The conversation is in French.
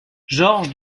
george